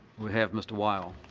we have mr. weil.